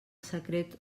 secret